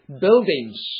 buildings